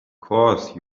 course